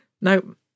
nope